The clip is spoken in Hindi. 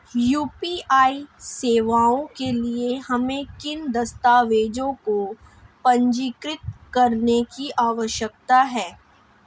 यू.पी.आई सेवाओं के लिए हमें किन दस्तावेज़ों को पंजीकृत करने की आवश्यकता है?